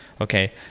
Okay